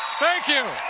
thank you!